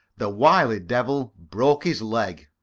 the wily devil broke his leg.